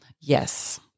yes